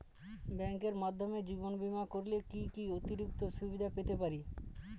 ব্যাংকের মাধ্যমে জীবন বীমা করলে কি কি অতিরিক্ত সুবিধে পেতে পারি?